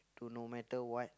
to no matter what